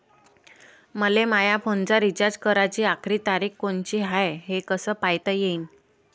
मले माया फोनचा रिचार्ज कराची आखरी तारीख कोनची हाय, हे कस पायता येईन?